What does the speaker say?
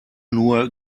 nur